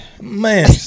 man